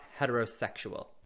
heterosexual